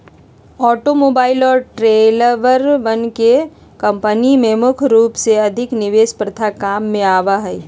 automobile और ट्रेलरवन के कम्पनी में मुख्य रूप से अधिक निवेश प्रथा काम में आवा हई